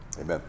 Amen